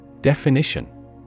Definition